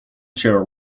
show